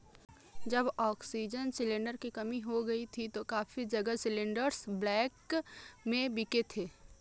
जब oxygen cylinder की कमी हो गई थी तो काफी जगह सिलेंडरस ब्लैक में बिके थे